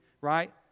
right